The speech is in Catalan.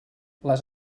les